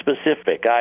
specific